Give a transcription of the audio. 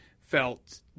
felt